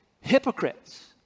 hypocrites